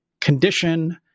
condition